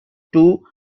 two